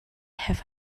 have